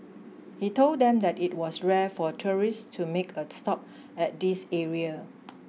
he told them that it was rare for tourist to make a stop at this area